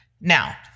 now